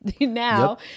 Now